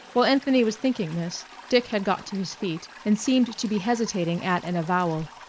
while anthony was thinking this, dick had got to his feet and seemed to be hesitating at an avowal.